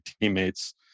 teammates